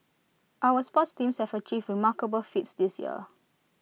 our sports teams have achieved remarkable feats this year